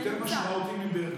מנוצל.